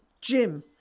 Jim